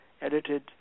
edited